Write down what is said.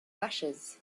bushes